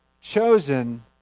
chosen